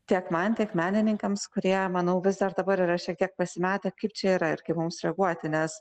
tiek man tiek menininkams kurie manau vis dar dabar yra šiek tiek pasimetę kaip čia yra ir kaip mums reaguoti nes